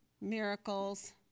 miracles